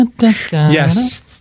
Yes